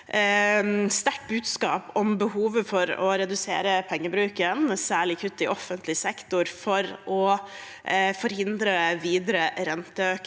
sterkt budskap om behovet for å redusere pengebruken, særlig med kutt i offentlig sektor, for å forhindre videre renteøkninger.